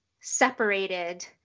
separated